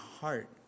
heart